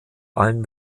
allen